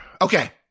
okay